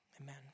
Amen